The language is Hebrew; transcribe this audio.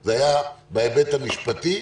זה היה בהיבט המשפטי,